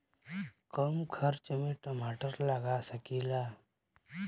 कम खर्च में टमाटर लगा सकीला?